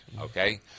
okay